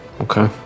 Okay